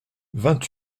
vingt